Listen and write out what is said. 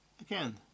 again